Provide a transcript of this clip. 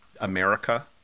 America